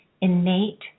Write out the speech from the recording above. innate